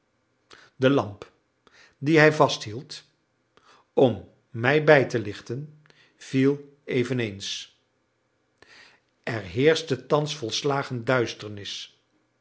de lamp die hij vasthield om mij bij te lichten viel eveneens er heerschte thans volslagen duisternis